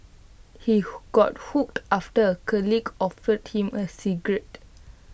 he got hooked after A colleague offered him A cigarette